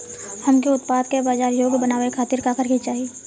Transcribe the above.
हमके उत्पाद के बाजार योग्य बनावे खातिर का करे के चाहीं?